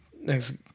next